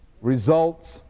results